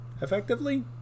effectively